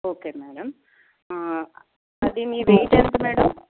okay madam అది మీ weight ఎంత మేడం